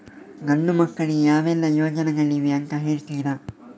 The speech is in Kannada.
ಗಂಡು ಮಕ್ಕಳಿಗೆ ಯಾವೆಲ್ಲಾ ಯೋಜನೆಗಳಿವೆ ಅಂತ ಹೇಳ್ತೀರಾ?